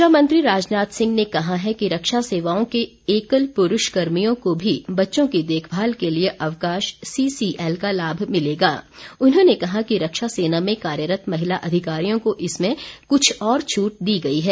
रक्षामंत्री राजनाथ सिंह ने कहा है कि रक्षा सेवाओं के एकल पुरूष कर्मियों को भी बच्चों की देखभाल के लिए अवकाश सीसीएल का लाभ मिलेगा और रक्षा सेना में कार्यरत महिला अधिकारियों को इसमें कुछ और छूट दी गई है